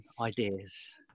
ideas